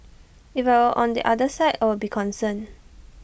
if I were on the other side I'd be concerned